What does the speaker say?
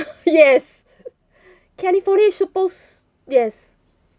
yes california suppose yes